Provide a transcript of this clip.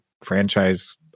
franchise